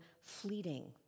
fleeting